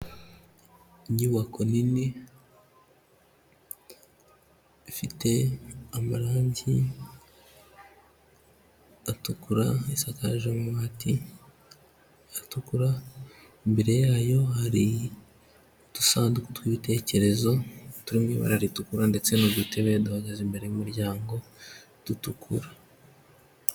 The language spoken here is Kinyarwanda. Inyubako nini ifite amarangi atukura, isakaje amabati atukura, imbere yayo hari udusanduku tw'ibitekerezo turi mu iba ritukura, ndetse n'udutebe duhagaze imbere y'umuryango dutukura.